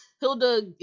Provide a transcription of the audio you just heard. Hilda